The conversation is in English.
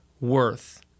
worth